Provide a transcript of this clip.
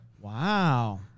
Wow